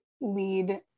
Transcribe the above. lead